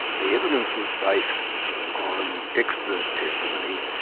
the evidence was based on expert testimony,